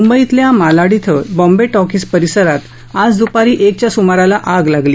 मुंबईतल्या मलाड क्वें बॉम्बे टॉकिज परिसरात आज दुपारी एकच्या सुमाराला आग लागली